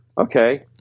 okay